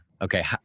Okay